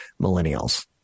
millennials